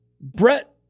Brett